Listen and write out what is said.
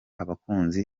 abakunzi